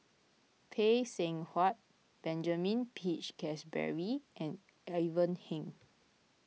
Phay Seng Whatt Benjamin Peach Keasberry and Ivan Heng